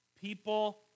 People